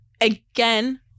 again